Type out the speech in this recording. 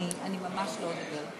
אני ממש לא אדבר.